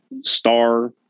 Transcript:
star